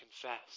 confess